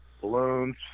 Balloons